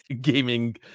gaming